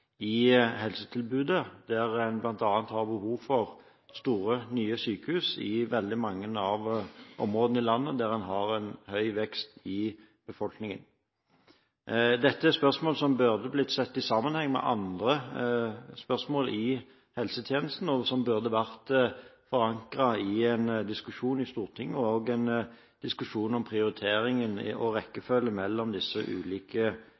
i helsetilbudet, der man bl.a. har behov for store, nye sykehus i veldig mange av områdene i landet der man har en høy befolkningsvekst. Dette er spørsmål som burde ha blitt sett i sammenheng med andre spørsmål vedrørende helsetjenesten, og som burde vært forankret i en diskusjon i Stortinget om prioriteringen og rekkefølgen mellom de ulike